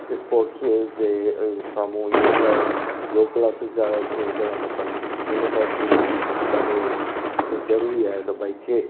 sports जे साम्हूं योग आहिनि योग क्लासिस जा उहो हुजिणा खपनि इन टाइप जी ॾाढो ज़रूरी आहे त भई थिए